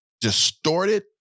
distorted